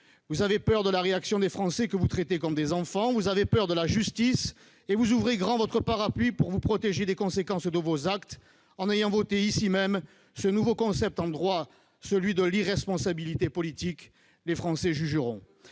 Vous avez peur de la réaction des Français que vous traitez comme des enfants. Vous avez peur de la justice et vous ouvrez grand votre parapluie pour vous protéger des conséquences de vos actes, en votant ici même ce nouveau concept en droit qu'est l'irresponsabilité politique. Je l'ai voté